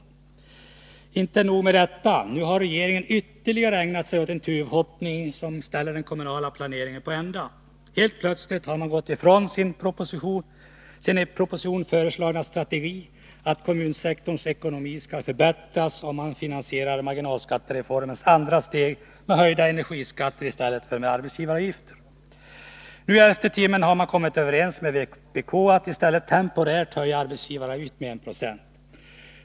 Men inte nog med detta; nu har regeringen ägnat sig åt ytterligare tuvhoppning som ställer den kommunala planeringen på ända. Helt plötsligt har man gått ifrån sin i propositionen föreslagna strategi att kommunsektorns ekonomi skulle förbättras, om man finansierar marginalskattereformens andra steg med höjda energiskatter i stället för med arbetsgivaravgifter. Nu i elfte timmen har man kommit överens med vpk att i stället temporärt höja arbetsgivaravgiften med 1 20.